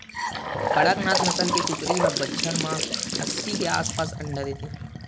कड़कनाथ नसल के कुकरी ह बछर म अस्सी के आसपास अंडा देथे